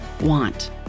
want